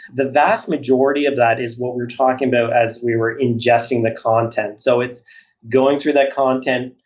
the vast majority of that is what we're talking about as we were ingesting the content. so it's going through that content,